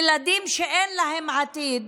ילדים שאין להם עתיד,